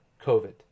COVID